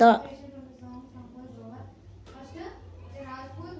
ತೇವಾಂಶ ಇರೋ ಮೆಕ್ಕೆಜೋಳನ ಗೋದಾಮಿನಲ್ಲಿ ಸ್ಟಾಕ್ ಇಟ್ರೆ ಏನಾದರೂ ಅಗ್ತೈತ?